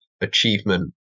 achievement